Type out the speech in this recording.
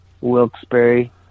Wilkes-Barre